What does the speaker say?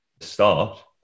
start